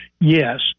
Yes